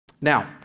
Now